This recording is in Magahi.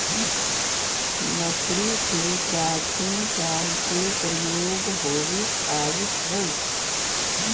लकड़ी के प्राचीन काल से प्रयोग होवित आवित हइ